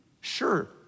Sure